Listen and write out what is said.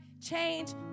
change